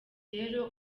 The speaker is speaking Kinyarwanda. rero